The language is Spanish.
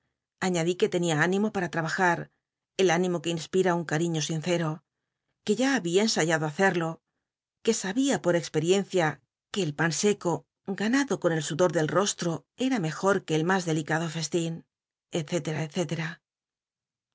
aiíadi que tenia ánimo para ttabajar el inimo que inspira un cariño sincero que ya babia en ayado hacerlo que sabia por espcriencia que e pan seco ganado oon el su biblioteca nacional de españa da vid copperfield abrid los ojos dor por piedad dor del rostro era mejor que el mas delicado feslin